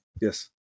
Yes